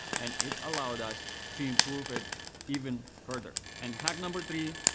and it allowed us to improve it even further. and hack number three,